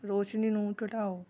ਰੋਸ਼ਨੀ ਨੂੰ ਘਟਾਓ